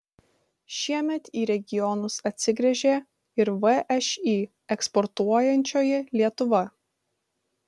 šiemet į regionus atsigręžė ir všį eksportuojančioji lietuva